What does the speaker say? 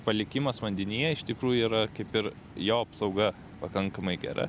palikimas vandenyje iš tikrųjų yra kaip ir jo apsauga pakankamai gera